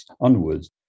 onwards